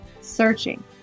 searching